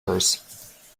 hers